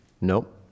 Nope